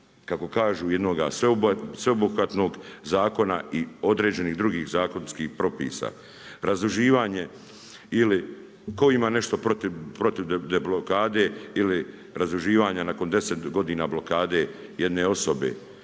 kako kažu jednoga sveobuhvatnog zakona i određenih drugih zakonskih propisa. Razdruživanje ili tko ima nešto protiv deblokade ili razdruživanja nakon 10 godina blokade jedne osobe